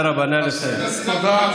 תודה,